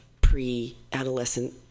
pre-adolescent